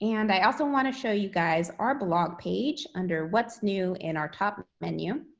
and i also want to show you guys our blog page under what's new in our top menu.